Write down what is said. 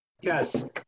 Yes